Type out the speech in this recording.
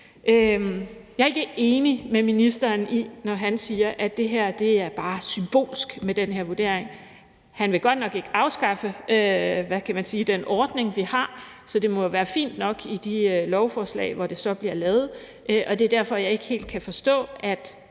Jeg er ikke enig med ministeren, når han siger, at det bare er symbolsk med den her vurdering. Han vil godt nok ikke afskaffe den ordning, vi har, så det må jo være fint nok i de lovforslag, hvor det så bliver lavet. Det er derfor, jeg ikke helt kan forstå, at